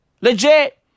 Legit